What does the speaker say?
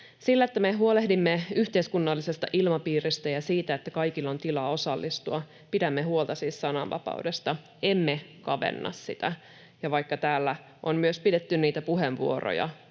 Sillä, että me huolehdimme yhteiskunnallisesta ilmapiiristä ja siitä, että kaikilla on tilaa osallistua, pidämme siis huolta sananvapaudesta, emme kavenna sitä, ja vaikka täällä on myös pidetty niitä puheenvuoroja,